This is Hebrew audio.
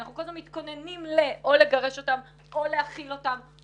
אנחנו כל הזמן מתכוננים או לגרש אותם או להכיל אותם.